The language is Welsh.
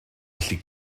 allu